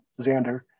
Xander